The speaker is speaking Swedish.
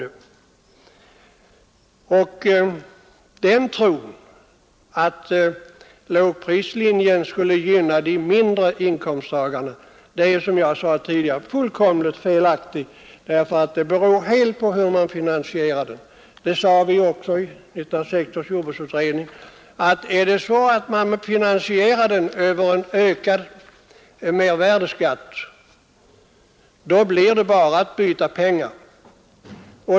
Det är fullkomligt felaktigt att tro att lågprislinjen skulle gynna de mindre inkomsttagarna. Det beror helt på hur man finansierar det systemet. I 1960 års jordbruksutredning sade vi också att vill man finansiera systemet över ökad mervärdeskatt blir det bara att byta pengar.